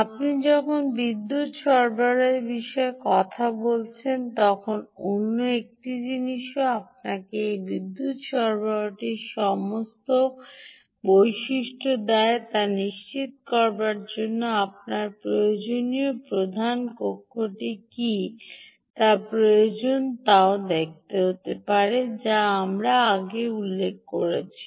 আপনি যখন বিদ্যুৎ সরবরাহের বিষয়ে কথা বলছেন তখন অন্য একটি জিনিসও আপনাকে এই বিদ্যুৎ সরবরাহটি সমস্ত বৈশিষ্ট্য দেয় তা নিশ্চিত করার জন্য আপনার প্রয়োজনীয় প্রধান কক্ষটি কী তা প্রয়োজন তাও দেখতে হবে যা আমরা আগে উল্লেখ করেছি